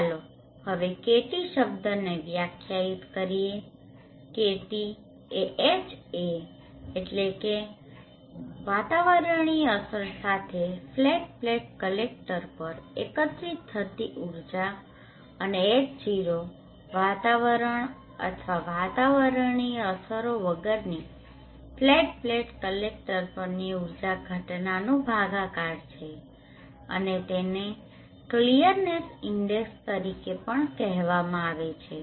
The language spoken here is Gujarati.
ચાલો હવે KT શબ્દને વ્યાખ્યાયિત કરીએ KT એ Haવાતાવરણીય અસરો સાથે ફ્લેટ પ્લેટ કલેકટર પર એકત્રિત થતી ઊર્જા અને H0વાતાવરણ અથવા વાતાવરણીય અસરો વગરની ફ્લેટ પ્લેટ કલેકટર પરની ઊર્જા ઘટનાનો ભાગાકાર છે અને તેને ક્લીયરનેસ ઇન્ડેક્સclearness indexસ્પષ્ટતા સૂચકાંક કહેવામાં આવે છે